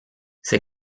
ces